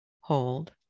hold